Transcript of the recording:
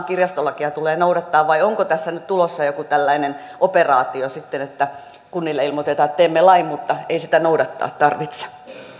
kirjastolakia tulee noudattaa vai onko tässä nyt tulossa joku tällainen operaatio sitten että kunnille ilmoitetaan että teemme lain mutta ei sitä noudattaa tarvitse